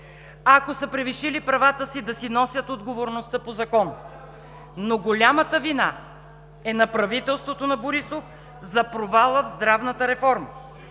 Ако са превишили правата си, да си носят отговорността по закон, но голямата вина е на правителството на Борисов за провала в здравната реформа,